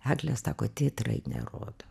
egle sako titrai nerodo